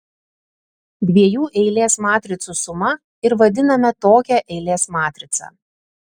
dviejų eilės matricų suma ir vadiname tokią eilės matricą